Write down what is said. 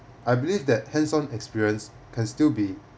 I believe that hands on experience can still be